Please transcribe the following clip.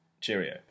cheerio